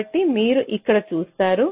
కాబట్టి మీరు ఇక్కడ చూస్తారు